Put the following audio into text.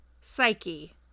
Psyche